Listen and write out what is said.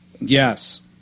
Yes